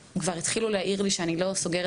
שכבר התחילו להעיר לי שאני לא סוגרת